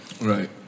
Right